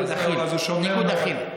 ניגוד אחים, ניגוד אחים.